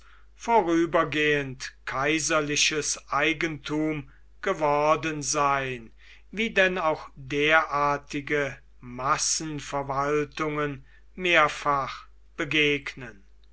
vorübergehend kaiserliches eigentum geworden sein wie denn auch derartige massenverwaltungen mehrfach begegnen